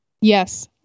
Yes